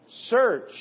search